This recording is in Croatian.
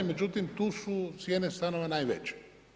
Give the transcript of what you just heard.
Međutim, tu su cijene stanova najveće.